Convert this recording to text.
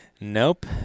Nope